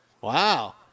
wow